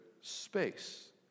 space